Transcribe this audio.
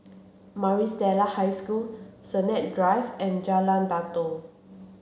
Maris Stella High School Sennett Drive and Jalan Datoh